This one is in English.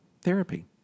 therapy